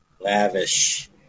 Lavish